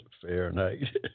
Fahrenheit